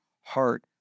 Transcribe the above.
heart